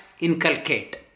inculcate